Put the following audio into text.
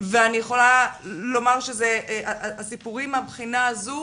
ואני יכולה לומר שהסיפורים מהבחינה הזו,